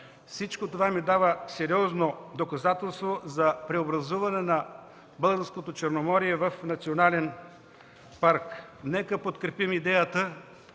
Всичко това ни дава сериозно доказателство за преобразуване на българското Черноморие в национален парк. Нека подкрепим идеята